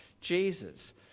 Jesus